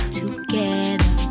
together